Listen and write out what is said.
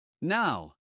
Now